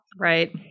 Right